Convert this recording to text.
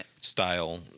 style